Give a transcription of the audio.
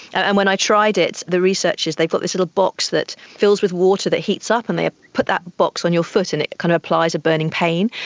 and when i tried it, the researchers, they put this little box that fills with water that heats up and they ah put that box on your foot and it kind of applies a burning pain.